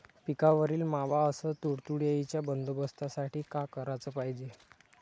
पिकावरील मावा अस तुडतुड्याइच्या बंदोबस्तासाठी का कराच पायजे?